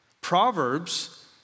Proverbs